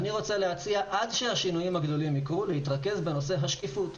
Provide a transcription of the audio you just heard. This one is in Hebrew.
מה שאני רוצה להציע ברמה הפרקטית,